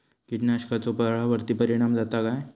कीटकनाशकाचो फळावर्ती परिणाम जाता काय?